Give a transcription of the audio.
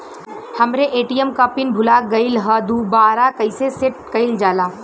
हमरे ए.टी.एम क पिन भूला गईलह दुबारा कईसे सेट कइलजाला?